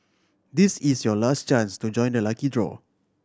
this is your last chance to join the lucky draw